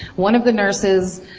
one of the nurses.